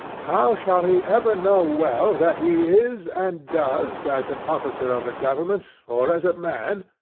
how shall he ever know well that he is and does as an officer of the government, or as a man,